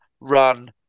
run